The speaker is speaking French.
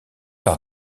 par